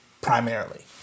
primarily